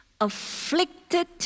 afflicted